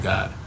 God